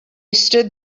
stood